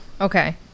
okay